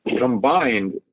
combined